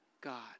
God